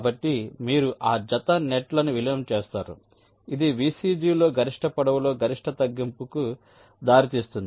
కాబట్టి మీరు ఆ జత నెట్ లను విలీనం చేస్తారు ఇది VCG లో గరిష్ట పొడవులో గరిష్ట తగ్గింపుకు దారితీస్తుంది